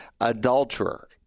adulterer